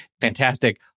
fantastic